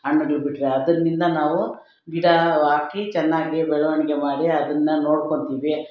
ಹಣ್ಣುಗಳು ಬಿಟ್ಟರೆ ಅದರ್ನಿಂದ ನಾವು ಗಿಡ ಹಾಕಿ ಚೆನ್ನಾಗಿ ಬೆಳವಣಿಗೆ ಮಾಡಿ ಅದನ್ನು ನೋಡ್ಕೊತೀವಿ